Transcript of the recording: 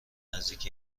نزدیک